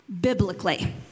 biblically